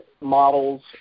models